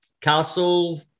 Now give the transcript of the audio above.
Castle